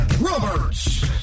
Roberts